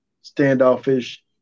standoffish